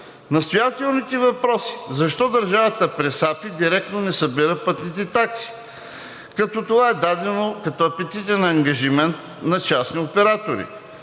настоятелните въпроси защо държавата през АПИ директно не събира пътните такси, а това е дадено като апетитен ангажимент на частни оператори;